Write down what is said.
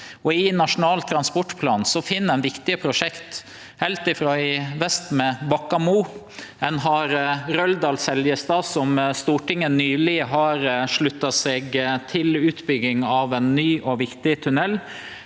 I Nasjonal transportplan finn ein viktige prosjekt – heilt frå vest, med Bakka–Moe. Ein har Røldal–Seljestad, der Stortinget nyleg har slutta seg til utbygging av ein ny og viktig tunnel.